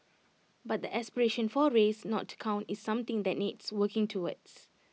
but the aspiration for race not to count is something that needs working towards